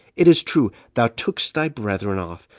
it is true, thou tookest thy brethren off,